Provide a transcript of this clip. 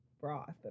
broth